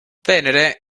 venere